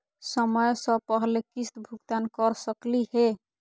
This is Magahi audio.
समय स पहले किस्त भुगतान कर सकली हे?